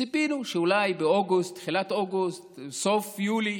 ציפינו שאולי באוגוסט, תחילת אוגוסט, סוף יולי,